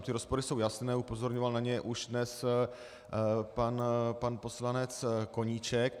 Ty rozpory jsou jasné, upozorňoval na ně už dnes pan poslanec Koníček.